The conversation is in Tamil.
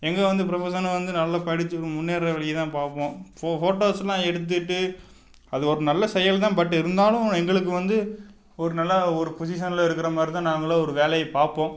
எங்களுக்கு வந்து புரொஃபஷனாக வந்து நல்ல படிச்சு முன்னேற வழியை தான் பார்ப்போம் இப்போ ஃபோட்டோஸெலாம் எடுத்துவிட்டு அது ஒரு நல்ல செயல் தான் பட் இருந்தாலும் எங்களுக்கு வந்து ஒரு நல்ல ஒரு பொசிஷனில் இருக்கிற மாதிரி தான் நாங்களும் ஒரு வேலையை பார்ப்போம்